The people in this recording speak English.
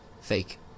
fake